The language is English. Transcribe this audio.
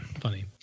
funny